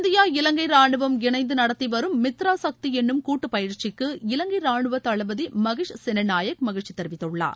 India Ilangai ராணுவம் இணைந்து நடத்தி வரும் மித்ரா சக்தி என்னும் கூட்டு பயிற்சிக்கு இலங்கை ராணுவ தளபதி மகேஷ் செனநாயக் மகிழ்ச்சி தெரிவித்துள்ளார்